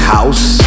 House